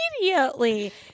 immediately